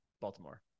Baltimore